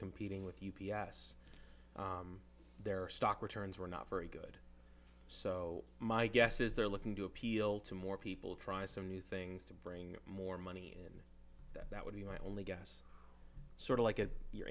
competing with u b s their stock returns were not very good so my guess is they're looking to appeal to more people try some new things to bring more money in that that would be my only guess sort of like at you